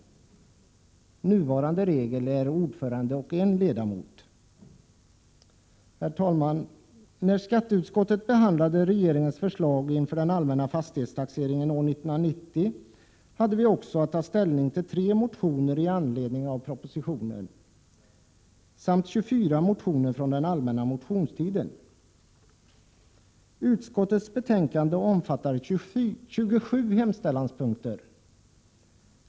Enligt nuvarande regler gäller denna rätt ordförande och en ledamot. Herr talman! När skatteutskottet behandlade regeringens förslag inför den allmänna fastighetstaxeringen år 1990, hade vi också att ta ställning till tre motioner i anledning av propositionen samt 24 motioner från den allmänna motionstiden. Utskottets betänkande omfattar 27 hemställanspunkter.